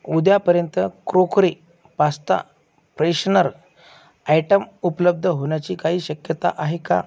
उद्यापर्यंत crockery pasta freshener item उपलब्ध होण्याची काही शक्यता आहे का